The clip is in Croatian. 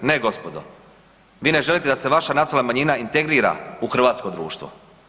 Ne, gospodo, vi ne želite da se vaša nacionalna manjina integrira u hrvatskog društvo.